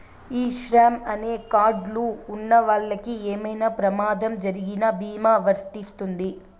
ఈ శ్రమ్ అనే కార్డ్ లు ఉన్నవాళ్ళకి ఏమైనా ప్రమాదం జరిగిన భీమా వర్తిస్తుంది